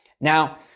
Now